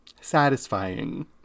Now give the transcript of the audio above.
satisfying